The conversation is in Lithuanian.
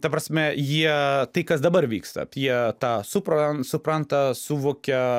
ta prasme jie tai kas dabar vyksta jie tą supran supranta suvokia